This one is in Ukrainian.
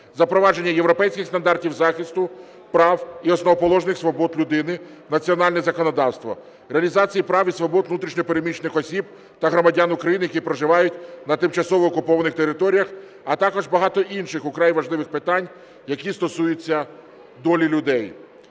запровадження європейських стандартів захисту прав, і основоположних свобод людини в національне законодавство, реалізації прав і свобод внутрішньо переміщених осіб та громадян України, які проживають на тимчасово окупованих територіях, а також багато інших вкрай важливих питань, які стосуються долі людей.